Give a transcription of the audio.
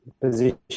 position